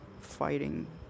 fighting